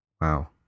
Wow